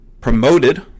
promoted